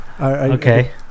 Okay